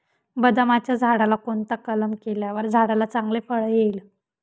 बदामाच्या झाडाला कोणता कलम केल्यावर झाडाला चांगले फळ येईल?